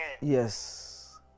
Yes